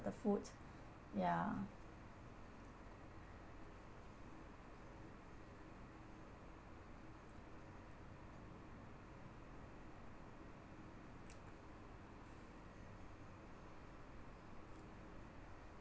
the food yeah